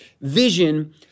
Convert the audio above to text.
vision